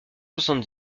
soixante